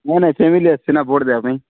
ନାଇଁ ନାଇଁ ଫେମିଲି ଆସିଛି ନା ଭୋଟ୍ ଦେବା ପାଇଁ